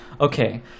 Okay